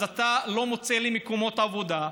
אז אתה לא מוצא לי מקומות עבודה,